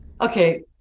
Okay